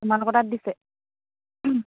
তোমালোকৰ তাত দিছে